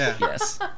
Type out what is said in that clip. yes